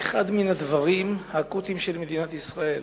אחד הדברים האקוטיים של מדינת ישראל.